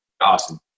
Awesome